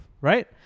right